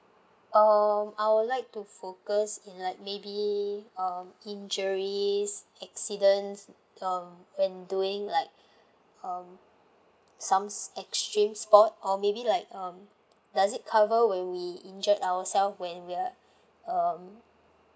um I would like to focus in like maybe um injuries accidents um when doing like um some extreme sport or maybe like um does it cover when we injured ourselves when we're um